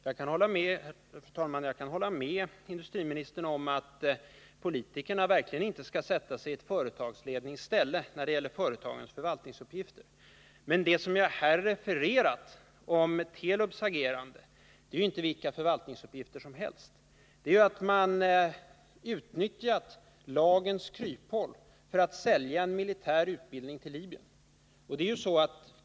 Fru talman! Jag kan hålla med industriministern om att politikerna verkligen inte skall sätta sig i en företagslednings ställe när det gäller förvaltningsuppgifterna. Men det som jag här har refererat om Telubs agerande är ju inte vilka förvaltningsuppgifter som helst. Man har utnyttjat lagens kryphål för att sälja militär utbildning till Libyen.